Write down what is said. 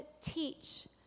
teach